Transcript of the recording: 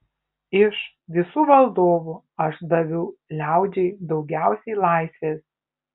iš visų valdovų aš daviau liaudžiai daugiausiai laisvės